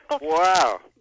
Wow